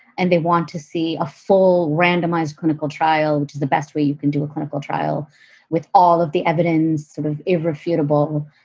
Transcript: and they want to see a full randomized clinical trial, which is the best way you can do clinical trial with all of the evidence sort of irrefutable,